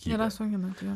yra sunkinanti jo